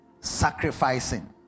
sacrificing